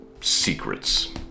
secrets